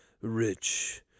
rich